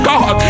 God